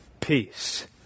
Peace